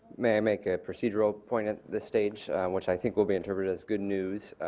may i make a procedural point at this stage which i think will be interpreted as good news.